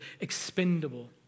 expendable